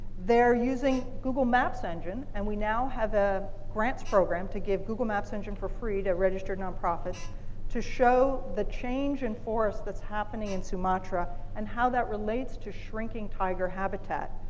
they're using google maps engine and we now have a grants program to give google maps engine for free to registered nonprofits to show the change in forests that's happening in sumatra and how that relates to shrinking tiger habitat.